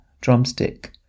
drumstick